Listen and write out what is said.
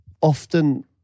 often